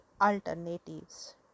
alternatives